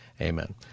amen